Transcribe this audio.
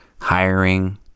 hiring